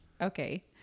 Okay